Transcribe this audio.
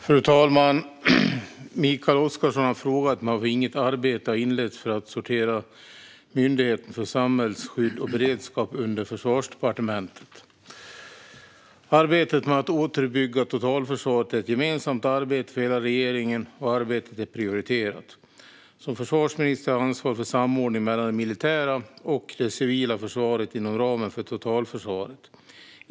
Fru talman! Mikael Oscarsson har frågat mig varför inget arbete har inletts för att sortera Myndigheten för samhällsskydd och beredskap under Försvarsdepartementet. Arbetet med att återuppbygga totalförsvaret är ett gemensamt arbete för hela regeringen, och arbetet är prioriterat. Som försvarsminister har jag ansvaret för samordningen mellan det militära och det civila försvaret inom ramen för totalförsvaret.